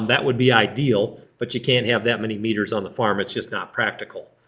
that would be ideal but you can't have that many meters on the farm, it's just not practical.